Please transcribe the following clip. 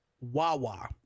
Wawa